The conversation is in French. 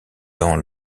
dans